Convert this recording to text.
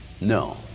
No